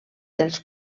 dels